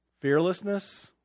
fearlessness